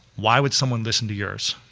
why would someone listen to yours?